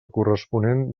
corresponent